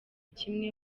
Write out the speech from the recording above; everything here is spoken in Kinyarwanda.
kimwe